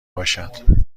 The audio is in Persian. باشد